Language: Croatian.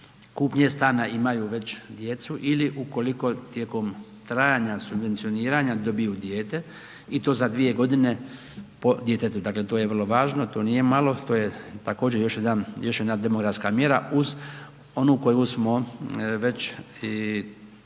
kupnje stana imaju već djecu ili ukoliko tijekom trajanja subvencioniranja dobiju dijete i to za 2 godine po djetetu. Dakle to je vrlo važno, to nije malo, to je također još jedna demografska mjera uz onu koju smo već u